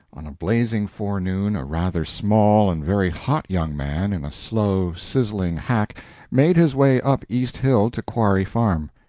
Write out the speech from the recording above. on a blazing forenoon a rather small and very hot young man, in a slow, sizzling hack made his way up east hill to quarry faun.